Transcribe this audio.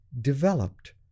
developed